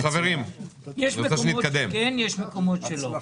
יש מקומות שכן, יש מקומות שלא.